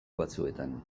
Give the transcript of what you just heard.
batzuetan